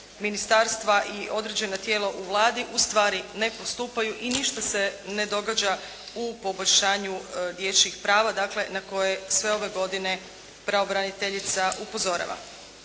ministarstva i određena tijela u Vladi ustvari ne postupaju i ništa se ne događa u poboljšanju dječjih prava, dakle na koje sve ove godine pravobraniteljica upozorava.